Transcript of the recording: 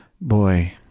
boy